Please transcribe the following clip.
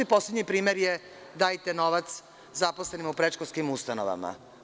Poslednji primer je – dajte novac zaposlenima u predškolskim ustanovama.